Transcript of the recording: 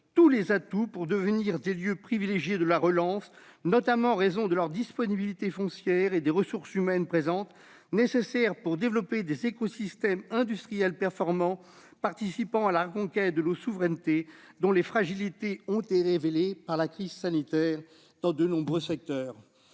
tous les atouts pour devenir des lieux privilégiés de la relance, notamment en raison de leurs disponibilités foncières et des ressources humaines présentes, nécessaires pour développer des écosystèmes industriels performants qui participent à la reconquête de notre souveraineté, dont les fragilités ont été révélées par la crise sanitaire, dans de nombreux secteurs.